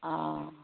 অঁ